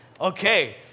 okay